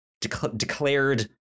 declared